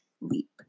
leap